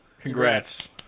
Congrats